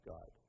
God